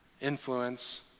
influence